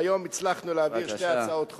והיום הצלחנו להעביר שתי הצעות חוק.